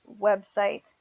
website